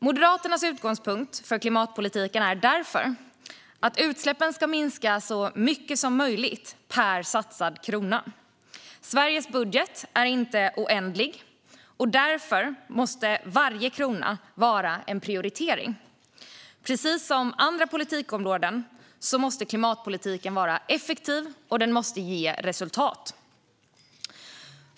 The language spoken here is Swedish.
Moderaternas utgångspunkt för klimatpolitiken är därför att utsläppen ska minskas så mycket som möjligt per satsad krona. Sveriges budget är inte oändlig, och därför kräver varje krona en prioritering. Precis som andra politikområden måste klimatpolitiken vara effektiv och ge resultat.